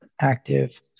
active